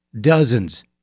Dozens